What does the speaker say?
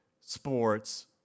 sports